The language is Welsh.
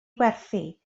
werthu